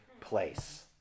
place